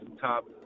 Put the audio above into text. top